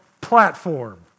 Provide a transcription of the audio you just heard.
platform